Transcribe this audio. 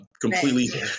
completely